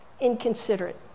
inconsiderate